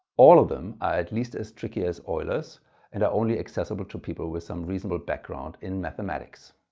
all of them at least as tricky as euler's and are only accessible to people with some reasonable background in mathematics.